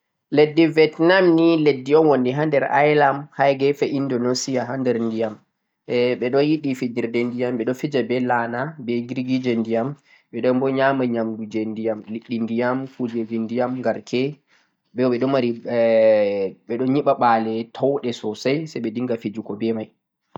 leddi Vietnam ni leddi un woni ha der Ireland ha gefe Indonesia ha der ndiyam, e ɓe ɗo yiɗi fijirde be lana be jirgi je ndiyam be ɗon bo yama yamdu je ndiyam, liɗɗi ndiyam, kujeji ndiyam garke bo ɓe ɗo mari garke bo ɓe ɗo yiɓa ɓa'le towɗe sosai sai ɓe dinga fijigo be mai.